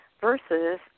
versus